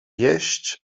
jeść